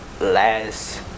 last